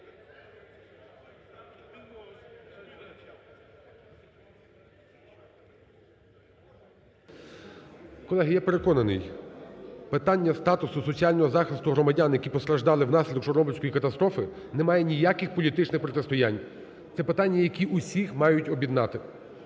Колеги, я переконаний, питання статусу соціального захисту громадян, які постраждали внаслідок Чорнобильської катастрофи, немає ніяких політичних протистоянь. Це питання, які усіх мають об'єднати.